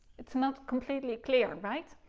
it's not completely clear, right?